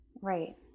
Right